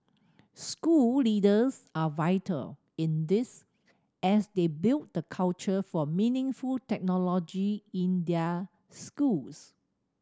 school leaders are vital in this as they build the culture for meaningful technology in their schools